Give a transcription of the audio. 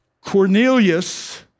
Cornelius